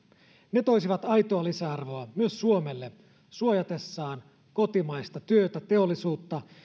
ne toisivat aitoa lisäarvoa myös suomelle suojatessaan kotimaista työtä ja teollisuutta